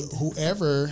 whoever